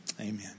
Amen